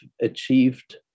achieved